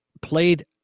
played